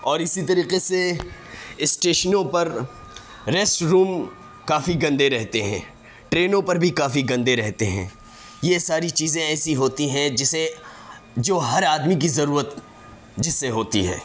اور اسی طریقے سے اسٹیشنوں پر ریسٹ روم کافی گندے رہتے ہیں ٹرینوں پر بھی کافی گندے رہتے ہیں یہ ساری چیزیں ایسی ہوتی ہیں جسے جو ہر آدمی کی ضرورت جس سے ہوتی ہے